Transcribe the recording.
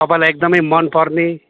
तपाईँलाई एकदमै मनपर्ने